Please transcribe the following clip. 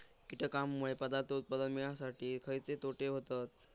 कीटकांनमुळे पदार्थ उत्पादन मिळासाठी खयचे तोटे होतत?